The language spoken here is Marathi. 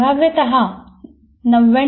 संभाव्यत 99